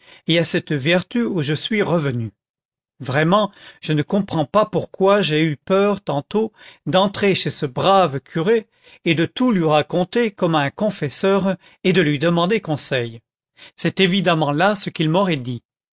et à cette vertu où je suis revenu vraiment je ne comprends pas pourquoi j'ai eu peur tantôt d'entrer chez ce brave curé et de tout lui raconter comme à un confesseur et de lui demander conseil c'est évidemment là ce qu'il m'aurait dit